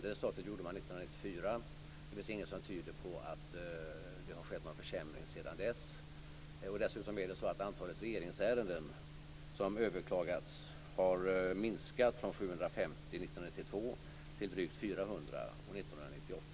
Utökningen skedde 1994, och det finns ingenting som tyder på att det har skett någon försämring sedan dess. Dessutom har antalet regeringsärenden som överklagats minskat från 750 år 1992 till drygt 400 år